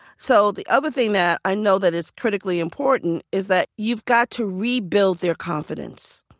so the other thing that i know that is critically important is that you've got to rebuild their confidence.